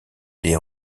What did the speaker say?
des